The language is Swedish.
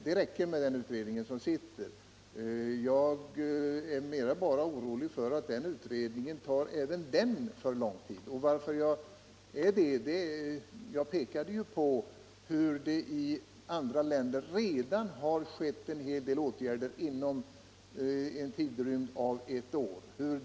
Det räcker med den utredning som pågår. Jag är bara orolig för att även den tar för lång tid. Anledningen härtill är, som jag också pekat på, att det i andra länder redan har vidtagits en hel del åtgärder inom en tidrymd av ett år.